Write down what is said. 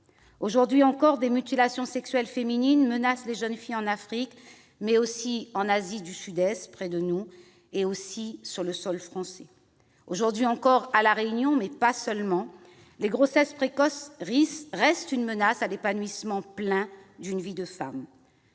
Aujourd'hui encore, des mutilations sexuelles féminines menacent les jeunes filles en Afrique, mais aussi en Asie du Sud-Est ou, plus près de nous, sur le sol français. Aujourd'hui encore, à La Réunion, mais ailleurs également, les grossesses précoces restent une menace à l'épanouissement plein d'une vie de femme.